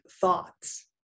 thoughts